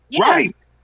right